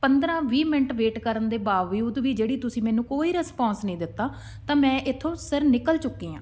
ਪੰਦਰਾਂ ਵੀਹ minute wait ਕਰਨ ਦੇ ਬਾਵਜੂਦ ਵੀ ਜਿਹੜੀ ਤੁਸੀਂ ਮੈਨੂੰ ਕੋਈ ਰਿਸਪੋਂਸ ਨਹੀਂ ਦਿੱਤਾ ਤਾਂ ਮੈਂ ਇੱਥੋਂ ਸਰ ਨਿਕਲ ਚੁੱਕੀ ਹਾਂ